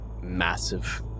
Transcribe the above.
massive